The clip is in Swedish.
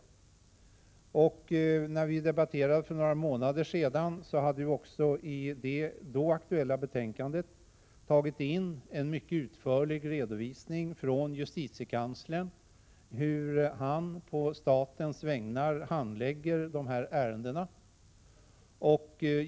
I det betänkande som vi diskuterade för några månader sedan hade vi tagit in en mycket utförlig redovisning från justitiekanslern om hur han på statens vägnar handlägger de här ärendena.